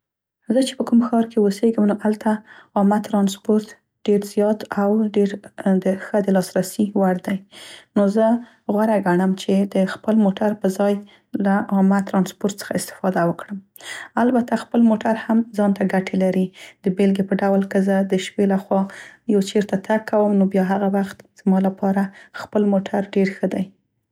زه چې په کوم ښار کې اوسیږم نو هلته عامه ترانسپورت ډیر زیات او ډيردې، ښه د لاسرسي وړ دی. نو زه غوره ګڼم چې د خپل موټر په ځای، له عامه ترانسپورت څخه استفاده وکړم. البته خپل موټر هم ځانته ګټې لري، د بیلګې په ډول که زه د شپې له خوا یو چیرته تګ کوم نو بیا هغه وخت، زما لپاره خپل موټر ډير ښه دی.